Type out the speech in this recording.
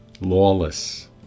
Lawless